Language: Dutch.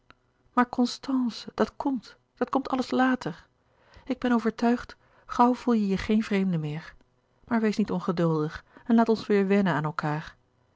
maar constance dat komt dat komt alles later ik ben overtuigd gauw voel je je geen vreemde meer maar wees niet ongeduldig en laat ons weêr wennen aan elkaâr